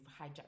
hijacked